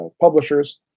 publishers